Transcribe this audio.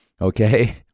okay